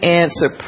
answer